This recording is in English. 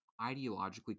ideologically